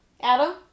Adam